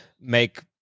make